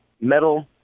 metal